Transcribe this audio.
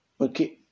okay